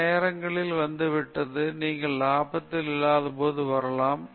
சில நேரங்களில் அது வந்துவிட்டது நீங்கள் லாபத்தில் இல்லாதபோது வரலாம்